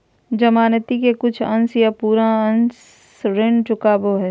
जमानती के कुछ अंश या पूरा अंश ऋण चुकावो हय